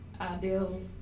ideals